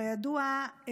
כידוע,